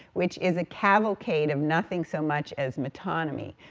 which is a cavalcade um nothing so much as metonymy,